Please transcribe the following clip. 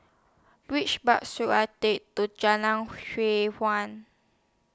Which Bus should I Take to Jalan